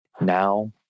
now